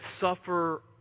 suffer